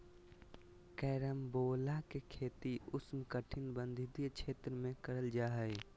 carambola के खेती उष्णकटिबंधीय क्षेत्र में करल जा हय